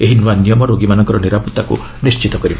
ଏହି ନୂଆ ନିୟମ ରୋଗୀମାନଙ୍କର ନିରାପତ୍ତାକୁ ନିର୍ଣ୍ଣିତ କରିବ